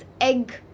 egg